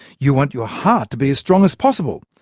you want your heart to be as strong as possible.